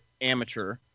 amateur